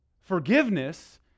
forgiveness